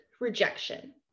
rejection